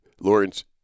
Lawrence